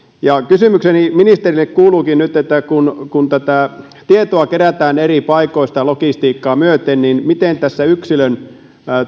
kysymykseni ministerille kuuluukin nyt kun kun tätä tietoa kerätään eri paikoista logistiikkaa myöten miten yksilön